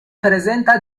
presenta